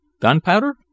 Gunpowder